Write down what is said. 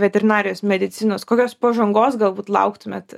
veterinarijos medicinos kokios pažangos galbūt lauktumėt